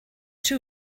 two